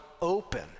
open